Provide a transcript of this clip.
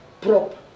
prop